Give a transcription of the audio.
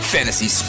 Fantasy